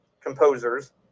composers